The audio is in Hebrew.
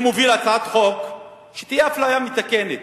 אני מוביל הצעת חוק שתהיה אפליה מתקנת